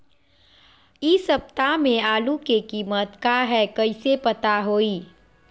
इ सप्ताह में आलू के कीमत का है कईसे पता होई?